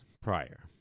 prior